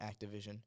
Activision